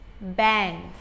bend